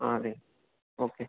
ആ അതെ ഓക്കെ